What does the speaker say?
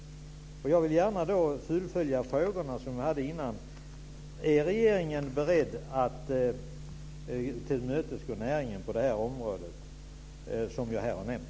Jag vill gärna fullfölja de frågor som jag ställde tidigare. Är regeringen beredd att tillmötesgå näringen på det område som jag här har nämnt?